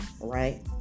right